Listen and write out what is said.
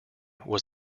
was